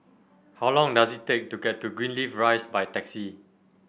how long does it take to get to Greenleaf Rise by taxi